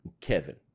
Kevin